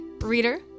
reader